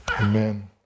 Amen